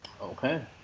Okay